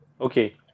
Okay